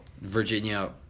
Virginia